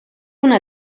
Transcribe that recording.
una